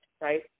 right